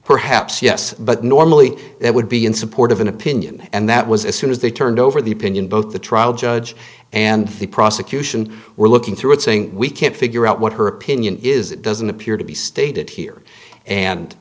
perhaps yes but normally it would be in support of an opinion and that was as soon as they turned over the opinion both the trial judge and the prosecution were looking through it saying we can't figure out what her opinion is it doesn't appear to be stated here and